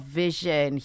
vision